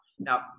Now